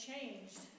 changed